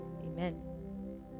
Amen